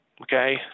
okay